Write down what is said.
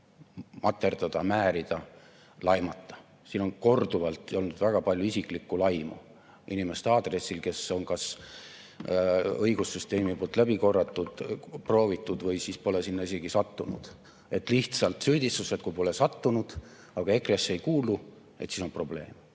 materdada, määrida, laimata. Siin on korduvalt olnud väga palju isiklikku laimu inimeste aadressil, keda on kas õigussüsteem läbi proovinud või siis kes pole sinna isegi sattunud. Lihtsalt süüdistus, et kui pole sattunud ja EKRE-sse ei kuulu, et siis on probleem